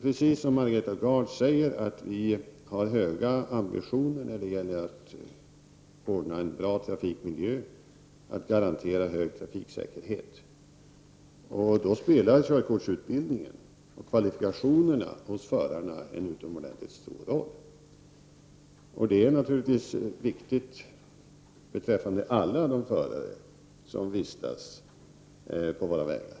Precis som Margareta Gard säger har vi höga ambitioner när det gäller att ordna en bra trafikmiljö och att garantera hög trafiksäkerhet. Då spelar körkortsutbildningen och kvalifikationerna hos förarna en utomordentligt stor roll. Det är naturligtvis viktigt beträffande alla de förare som vistas på våra vägar.